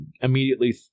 immediately